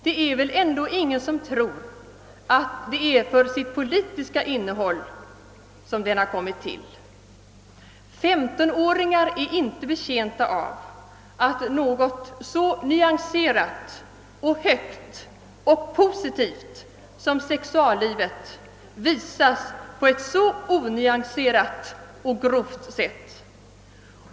Det är väl ändå ingen som tror att den kommit till för sitt politiska innehåll. 15-åringar är inte betjänta av att något så nyanserat, högt och positivt som sexuallivet visas på ett så onyanserat och grovt sätt.